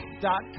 dot